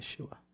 Yeshua